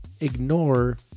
ignore